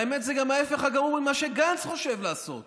והאמת, זה גם ההפך הגמור ממה שגנץ חושב לעשות.